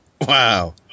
Wow